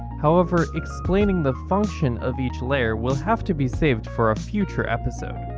however explaining the function of each layer will have to be saved for a future episode.